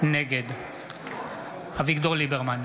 נגד אביגדור ליברמן,